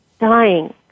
dying